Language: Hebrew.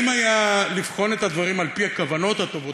אם היה אפשר לבחון את הדברים על-פי הכוונות הטובות,